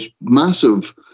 massive